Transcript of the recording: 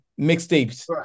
mixtapes